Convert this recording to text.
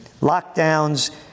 Lockdowns